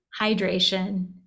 hydration